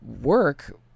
work